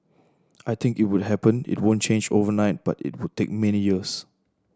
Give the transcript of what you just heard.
I think it would happen it won't change overnight but it would take many years